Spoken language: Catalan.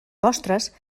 postres